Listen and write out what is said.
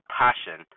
passion